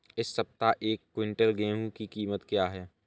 इस सप्ताह एक क्विंटल गेहूँ की कीमत क्या है?